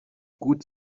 gut